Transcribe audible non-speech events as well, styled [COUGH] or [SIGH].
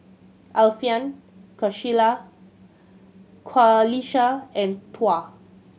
Alfian [UNINTELLIGIBLE] Qalisha and Tuah